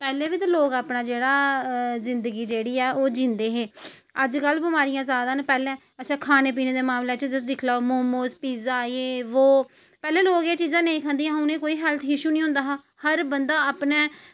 पैह्लें बी लोग जेह्ड़ा अपनी जिंदगी जेह्ड़ी ओह् जींदे हे अज्जकल बमारियां जादै न पैह्लें अच्छा खाने पीने दे मामले च तुस दिक्खी लैओ मोमो पिज्जा ओह् पैह्लें लोग एह् चीज़ां नेईं खंदे हे उ'नेंगी कोई हेल्थ इश्यू नेईं होंदा हा हर बंदा अपने